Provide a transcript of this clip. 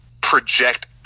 project